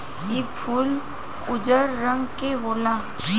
इ फूल उजर रंग के होला